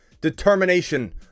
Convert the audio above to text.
determination